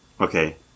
Okay